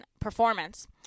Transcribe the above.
performance